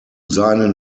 seinen